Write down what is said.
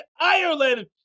Ireland